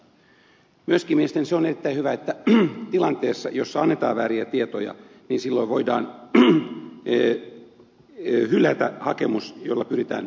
myöskin mielestäni se on erittäin hyvä että tilanteessa jossa annetaan vääriä tietoja voidaan hylätä hakemus jolla pyritään perhettä yhdistämään